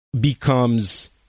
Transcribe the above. becomes